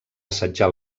assetjar